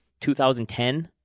2010